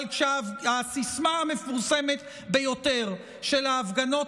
אבל כשהסיסמה המפורסמת ביותר של ההפגנות